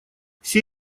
все